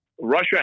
Russia